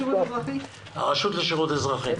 הרשות לשירות אזרחי.